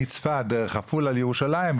או מצפת דרך עפולה לירושלים,